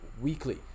Weekly